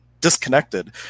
disconnected